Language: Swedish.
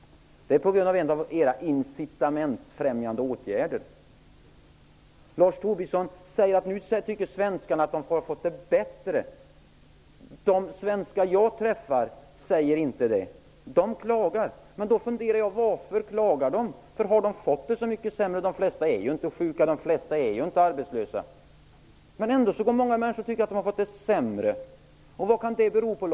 Det är på grund av en av era incitamentsfrämjande åtgärder. Lars Tobisson säger att svenskarna nu tycker att de har fått det bättre. De svenskar jag träffar säger inte det. De klagar. Jag funderar då varför de klagar, har de fått det så mycket sämre? De flesta är inte sjuka, de flesta är inte arbetslösa. Ändå tycker många människor att de har fått det sämre. Vad kan det bero på?